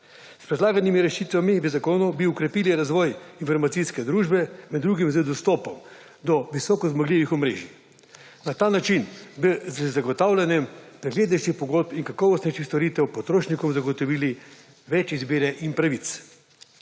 S predlaganimi rešitvami v zakonu bi okrepili razvoj informacijske družbe, med drugim z dostopom do visoko zmogljivih omrežij. Na ta način bi z zagotavljanjem preglednejših pogodb in kakovostnejših storitev potrošnikom zagotovili več izbire in pravic.